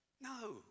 No